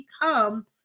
become